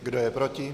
Kdo je proti?